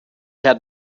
had